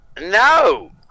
no